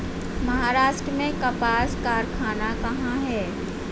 महाराष्ट्र में कपास कारख़ाना कहाँ है?